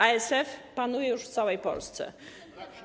ASF panuje już w całej Polsce.